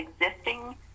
existing